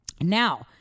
Now